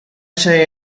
say